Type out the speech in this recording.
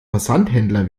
versandhändler